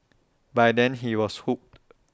by then he was hooked